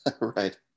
right